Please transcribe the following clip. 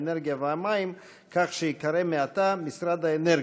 האנרגיה והמים כך שייקרא מעתה משרד האנרגיה.